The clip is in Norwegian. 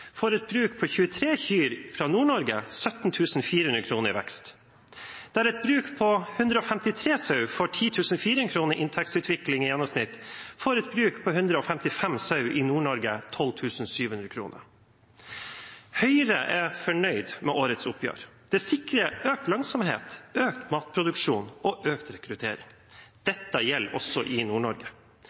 får et bruk med 23 kyr i Nord-Norge 17 400 kr i vekst, der et bruk med 153 sauer får 10 400 kr i inntektsutvikling i gjennomsnitt, får et bruk med 155 sauer i Nord-Norge 12 700 kr. Høyre er fornøyd med årets oppgjør. Det sikrer økt lønnsomhet, økt matproduksjon og økt rekruttering. Dette gjelder også i